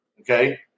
Okay